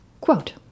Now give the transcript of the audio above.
Quote